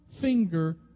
finger